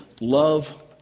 Love